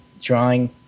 drawing